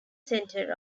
center